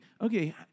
okay